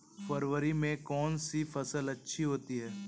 फरवरी में कौन सी फ़सल अच्छी होती है?